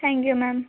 thank you ma'am